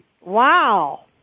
Wow